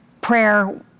prayer